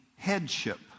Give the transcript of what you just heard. Headship